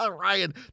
Ryan